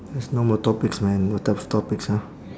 there's no more topics man what type of topics ah